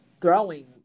throwing